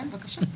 בבקשה.